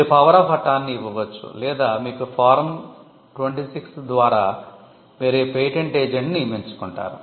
మీరు power of attorney ఇవ్వవచ్చు లేదా మీకు ఫారం 26 ద్వారా మీరు పేటెంట్ ఏజెంట్ను నియమించుకుంటారు